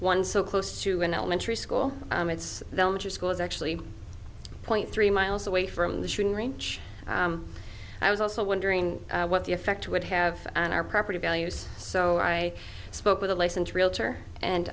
one so close to an elementary school it's the elementary school is actually point three miles away from the shooting range i was also wondering what the effect would have on our property values so i spoke with a licensed realtor and